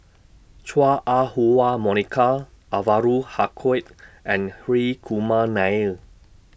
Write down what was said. Chua Ah Huwa Monica Anwarul Haque and Hri Kumar Nair